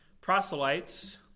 proselytes